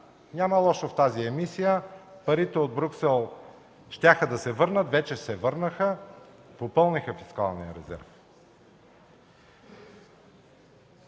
Няма лошо в тази емисия, парите от Брюксел щяха да се върнат, вече се върнаха, попълниха фискалния резерв.